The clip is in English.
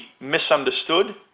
misunderstood